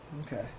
Okay